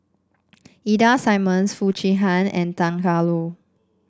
Ida Simmons Foo Chee Han and Tan Tarn How